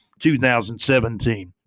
2017